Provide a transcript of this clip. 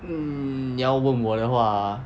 hmm 你要问我的话